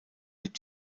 mit